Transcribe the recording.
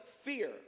fear